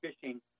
fishing